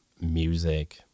music